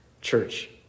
Church